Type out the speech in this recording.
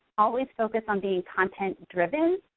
always focus on being content driven.